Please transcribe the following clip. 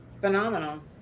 phenomenal